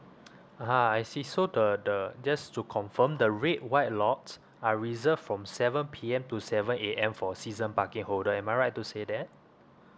ah ha I see so the the just to confirm the red white lots are reserved from seven P_M to seven A_M for season parking holder am I right to say that